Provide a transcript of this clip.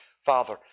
Father